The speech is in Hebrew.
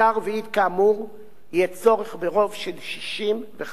יהיה צורך ברוב של 65 חברי כנסת.